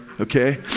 Okay